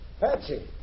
Patsy